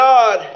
God